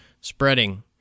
spreading